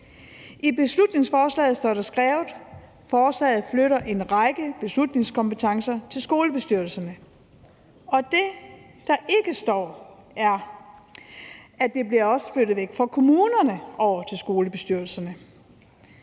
I beslutningsforslaget står der skrevet, at forslaget flytter en række beslutningskompetencer til skolebestyrelserne, og det, der ikke står, er, at det også bliver flyttet væk fra kommunerne og over til skolebestyrelserne.